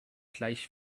gleich